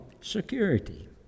Security